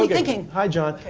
like thinking? hi, john.